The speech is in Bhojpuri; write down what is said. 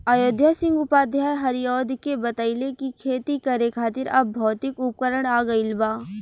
अयोध्या सिंह उपाध्याय हरिऔध के बतइले कि खेती करे खातिर अब भौतिक उपकरण आ गइल बा